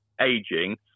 aging